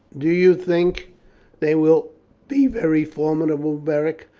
do you think they will be very formidable, beric?